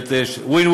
זאת אומרת יש win-win.